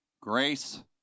Grace